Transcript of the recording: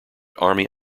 army